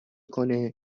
کنه